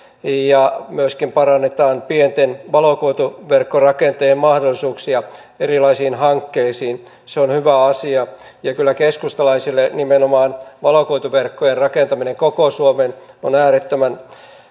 ja myöskin parannetaan pienten valokuituverkkorakentajien mahdollisuuksia erilaisiin hankkeisiin se on hyvä asia ja kyllä keskustalaisille nimenomaan valokuituverkkojen rakentaminen koko suomeen on äärettömän